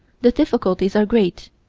the difficulties are great,